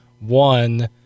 One